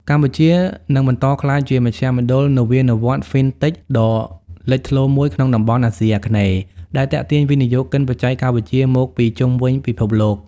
កម្ពុជានឹងបន្តក្លាយជាមជ្ឈមណ្ឌលនវានុវត្តន៍ FinTech ដ៏លេចធ្លោមួយក្នុងតំបន់អាស៊ីអាគ្នេយ៍ ដែលទាក់ទាញវិនិយោគិនបច្ចេកវិទ្យាមកពីជុំវិញពិភពលោក។